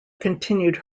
continued